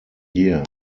year